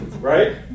Right